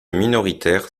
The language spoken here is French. minoritaires